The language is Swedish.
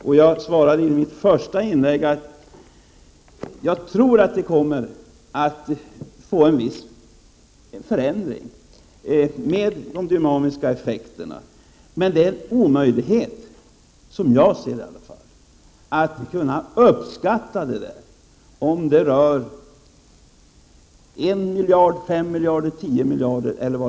Men jag svarade i mitt första inlägg att jag tror att det kommer att bli en viss förändring. Det är dock omöjligt, som jag ser det, att göra en uppskattning. Det kan ju röra sig om 1 miljard, 5 miljarder, 10 miljarder etc.